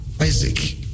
Isaac